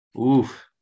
oof